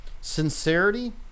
sincerity